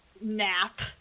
Nap